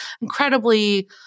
incredibly